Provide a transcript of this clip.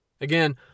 Again